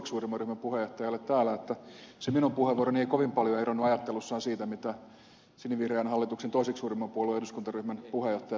sarkomaalle sanoisin että se minun puheenvuoroni ei kovin paljoa eronnut ajattelussaan siitä mitä sinivihreän hallituksen toiseksi suurimman puolueen eduskuntaryhmän puheenjohtaja sanoi